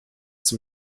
zum